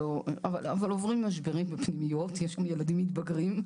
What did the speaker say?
עוברים משברים בפנימיות, יש שם ילדים מתבגרים.